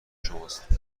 شماست